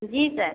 जी sir